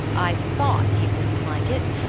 i thought you wouldn't like it,